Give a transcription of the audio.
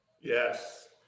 Yes